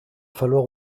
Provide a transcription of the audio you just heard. falloir